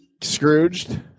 Scrooged